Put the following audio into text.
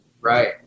Right